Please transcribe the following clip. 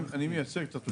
אני מייצג את התושבים.